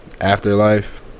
Afterlife